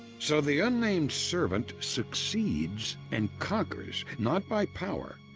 so the unnamed servant succeeds and conquers, not by power,